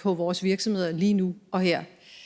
på vores virksomheder lige nu og her.